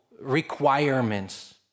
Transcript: requirements